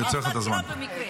אני מכירה, במקרה.